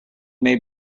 may